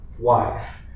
Wife